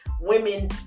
women